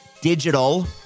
digital